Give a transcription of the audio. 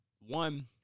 one